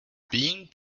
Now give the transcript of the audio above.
being